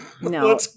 No